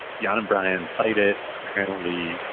ajan and brian fight it, apparently,